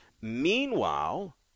Meanwhile